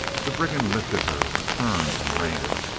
the brigand lifted her turned, and ran.